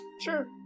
Sure